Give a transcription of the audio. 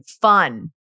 fun